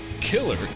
killer